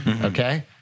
Okay